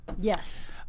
Yes